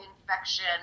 infection